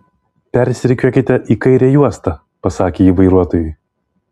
persirikiuokite į kairę juostą pasakė ji vairuotojui